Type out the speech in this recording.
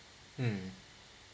mm